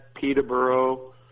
Peterborough